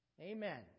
Amen